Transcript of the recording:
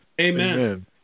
Amen